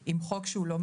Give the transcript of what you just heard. תסבירו לנו מה